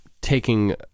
taking